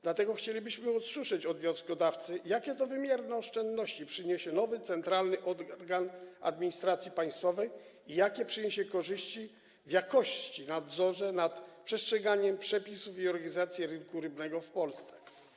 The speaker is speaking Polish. Dlatego chcielibyśmy usłyszeć od wnioskodawcy, jakie to wymierne oszczędności przyniesie nowy centralny organ administracji państwowej i jakie przyniesie korzyści w jakości, w nadzorze nad przestrzeganiem przepisów i organizacji rynku rybnego w Polsce.